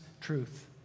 truth